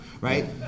right